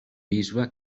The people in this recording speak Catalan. bisbe